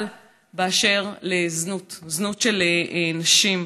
אבל אשר לזנות, זנות של נשים,